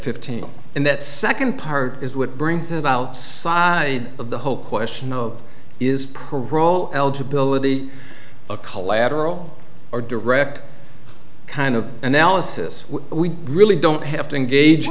fifteen and that second part is what brings about side of the whole question of is parole eligibility a collateral or direct kind of analysis we really don't have to engage